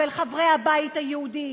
ואל חברי הבית היהודי,